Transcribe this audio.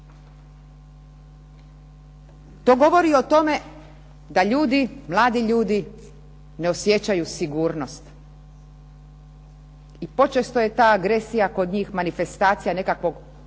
To govori o tome da ljudi mladi ljudi, ne osjećaju sigurnost, i počesto je ta agresija kod njih manifestacija nekakvog